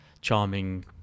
charming